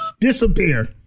disappear